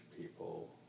people